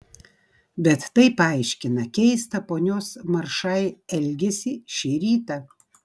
bet tai paaiškina keistą ponios maršai elgesį šį rytą